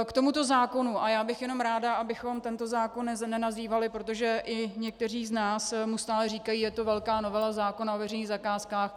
K tomuto zákonu, a já bych jenom ráda, abychom tento zákon nenazývali, protože i někteří z nás mu stále říkají, je to velká novela zákona o veřejných zakázkách.